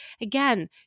Again